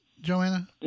Joanna